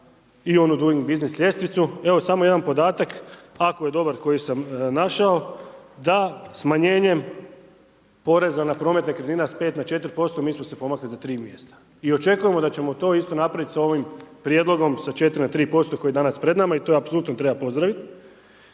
se ne razumije./... ljestvicu, evo samo jedan podatak ako je dobar koji sam našao, da smanjenjem poreza na promet nekretnina s 5 na 4% mi smo se pomakli za 3 mjesta i očekujemo da ćemo to isto napravit sa ovim prijedlogom sa 4 na 3% koji je danas pred nama i to apsolutno treba pozdravit.